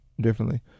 differently